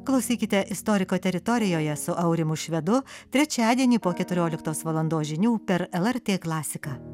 klausykite istoriko teritorijoje su aurimu švedu trečiadienį po keturioliktos valandos žinių per lrt klasiką